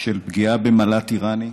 על פגיעה במל"ט איראני,